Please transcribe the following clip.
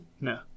No